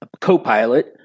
co-pilot